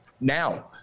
now